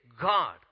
god